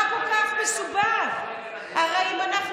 אנחנו מוכנים לדבר בכל רגע נתון.